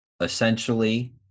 essentially